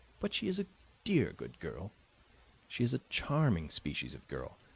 but she is a dear good girl she is a charming species of girl.